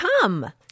come